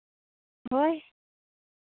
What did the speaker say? ᱦᱳᱭ